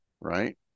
Right